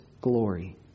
glory